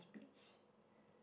speech